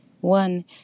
One